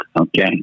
Okay